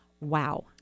wow